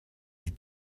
les